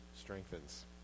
strengthens